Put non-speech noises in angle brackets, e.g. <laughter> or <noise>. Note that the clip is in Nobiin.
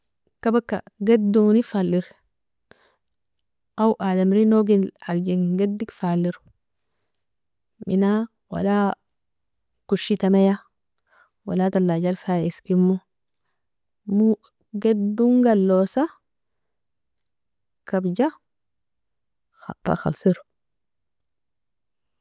Kapaka gidoni fa aler awo adamri nogel agjin gadig fa alero, mina wala koshitamia wala talajal fa iskemo <hesitation> gidong alosa kabja <hesitation> fa khalsero.